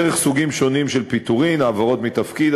דרך סוגים שונים של פיטורין: העברות מתפקיד,